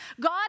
God